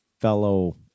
fellow